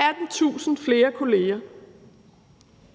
18.000 flere kolleger.